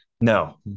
No